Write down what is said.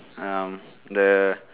um the